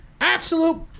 absolute